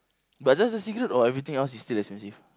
but just the cigarettes or everything else is still expensive